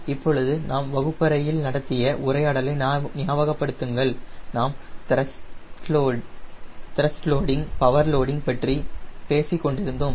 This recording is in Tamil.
இப்பொழுது நாம் வகுப்பறையில் நடத்திய உரையாடலை ஞாபகப் படுத்துங்கள் நாம் த்ரஸ்ட் லோடிங் பவர் லோடிங் பற்றி பேசிக்கொண்டிருந்தோம்